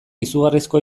izugarrizko